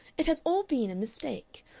it has all been a mistake.